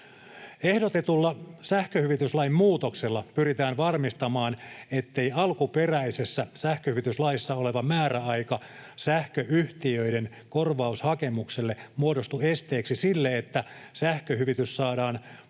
Ehdotetulla sähköhyvityslain muutoksella pyritään varmistamaan, ettei alkuperäisessä sähköhyvityslaissa oleva määräaika sähköyhtiöiden korvaushakemuksille muodostu esteeksi sille, että sähköhyvitys saadaan